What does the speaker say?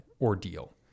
ordeal